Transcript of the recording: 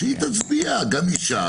שהיא תצביע גם אישה,